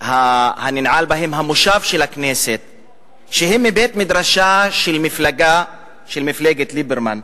מושב הכנסת, שהם מבית-מדרשה של מפלגת ליברמן,